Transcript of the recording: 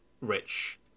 rich